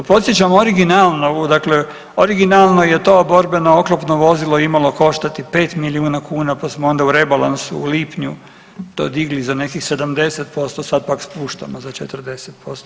Podsjećam, originalno, dakle originalno je to borbeno oklopno vozilo imalo koštati 5 milijuna kuna, pa smo onda u rebalansu u lipnju to digli za nekih 70%, sad pak spuštamo za 40%